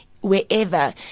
wherever